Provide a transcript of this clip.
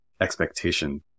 expectation